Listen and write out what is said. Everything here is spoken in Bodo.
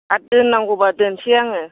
आरो दोननांगौब्ला दोननोसै आङो